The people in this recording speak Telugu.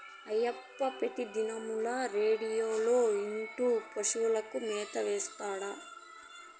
అయ్యప్ప పెతిదినంల రేడియోలో ఇంటూ పశువులకు మేత ఏత్తాడు